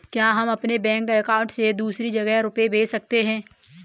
क्या हम अपने बैंक अकाउंट से दूसरी जगह रुपये भेज सकते हैं?